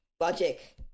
logic